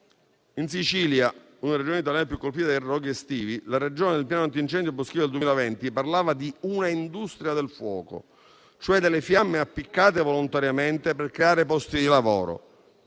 In Sicilia, una delle Regioni italiane più colpite dai roghi estivi, la Regione, nel piano antincendio boschivo del 2020, parlava di un'industria del fuoco, cioè delle fiamme appiccate volontariamente per creare posti di lavoro